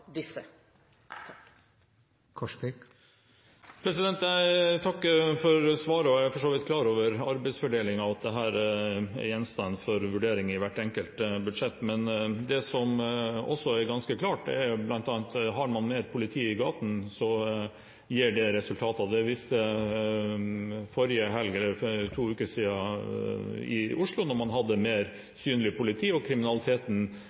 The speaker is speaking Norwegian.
Jeg takker for svaret. Jeg er for så vidt klar over arbeidsfordelingen og at dette er gjenstand for vurderinger i hvert enkelt budsjett. Men det som også er ganske klart, er bl.a. at har man mer politi i gatene, gir det resultater. Det viste helgen for to uker siden i Oslo, da man hadde mer synlig politi. Kriminaliteten